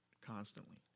constantly